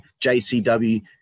JCW